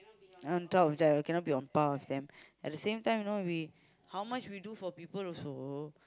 we cannot be on par with them at the same time you know we how much we do for people also